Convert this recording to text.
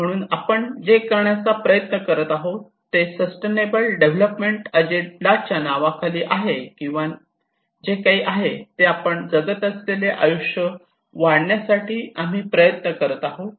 म्हणून आपण जे करण्याचा प्रयत्न करीत आहोत ते सस्टेनेबल डेव्हलपमेंट अजेंडाच्या नावाखाली आहे किंवा जे काही आहे ते आपण जगत असलेले आयुष्य वाढवण्यासाठी आम्ही प्रयत्न करीत आहोत